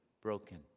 Broken